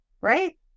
Right